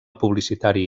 publicitari